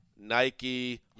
nike